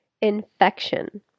Infection